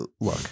look